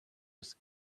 was